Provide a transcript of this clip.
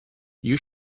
you